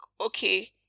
okay